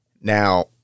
Now